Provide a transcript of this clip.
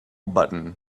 button